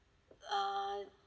uh